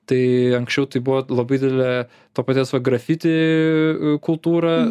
tai anksčiau tai buvo labai didelė to paties va grafiti kultūrą